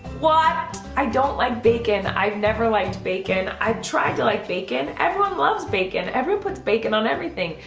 what! i don't like bacon, i've never liked bacon. i've tried to like bacon, everyone loves bacon. everyone puts bacon on everything.